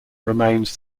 remains